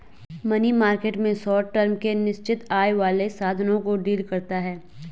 money market में short term के निश्चित आय वाले साधनों को डील करता है